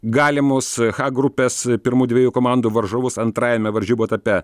galimos h grupės pirmų dviejų komandų varžovus antrajame varžybų etape